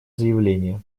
заявление